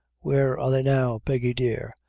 where are they now, peggy dear?